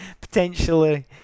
Potentially